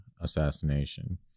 assassination